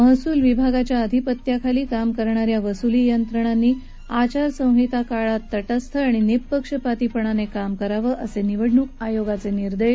महसूल विभागाच्या अधिपत्याखाली काम करणा या वसुली यंत्रणांनी आचारसंहिता काळात तटस्थ आणि निःपक्षपातीपणक्रिम करावं असतिवडणूक आयोगाचतिर्देश